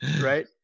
Right